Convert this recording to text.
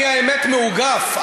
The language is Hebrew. אני מאוגף,